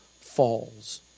falls